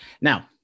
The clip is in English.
Now